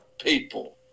people